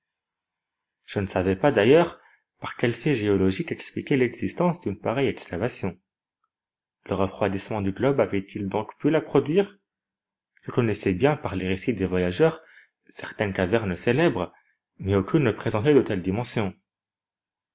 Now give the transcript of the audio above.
je ne savais pas d'ailleurs par quel fait géologique expliquer l'existence d'une pareille excavation le refroidissement du globe avait-il donc pu la produire je connaissais bien par les récits des voyageurs certaines cavernes célèbres mais aucune ne présentait de telles dimensions